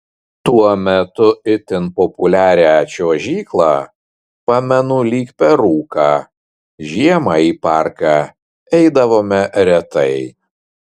tuo metu itin populiarią čiuožyklą pamenu lyg per rūką žiemą į parką eidavome retai